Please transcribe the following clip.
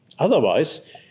Otherwise